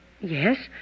Yes